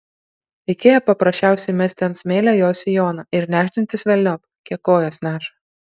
reikėjo paprasčiausiai mesti ant smėlio jos sijoną ir nešdintis velniop kiek kojos neša